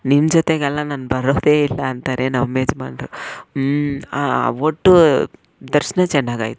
ನಿಮ್ಮ ಜೊತೆಗೆಲ್ಲ ನಾನು ಬರೋದೇ ಇಲ್ಲ ಅಂತಾರೆ ನಮ್ಮ ಯಜಮಾನ್ರು ಹ್ಞೂ ಒಟ್ಟು ದರ್ಶನ ಚೆನ್ನಾಗಾಯ್ತು